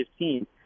2015